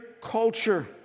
culture